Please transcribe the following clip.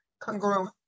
congruent